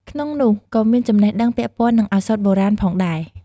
ក្នុងនោះ ក៏មានចំណេះដឹងពាក់ព័ន្ធនឹងឱសថបុរាណផងដែរ។